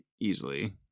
easily